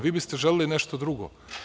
Vi biste želeli nešto drugo.